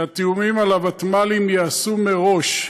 שהתיאומים על הוותמ"לים ייעשו מראש,